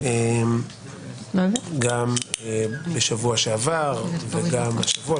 גם בשבוע שעבר וגם השבוע,